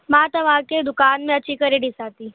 मां तव्हांखे दुकान में अची करे ॾिसां थी